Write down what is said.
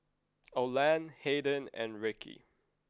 Oland Haden and Rickie